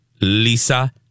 Lisa